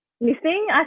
missing